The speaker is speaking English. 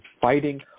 fighting